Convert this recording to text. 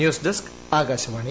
news desk Akashvani